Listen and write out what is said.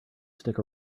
stick